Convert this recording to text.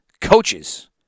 coaches